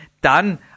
dann